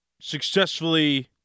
successfully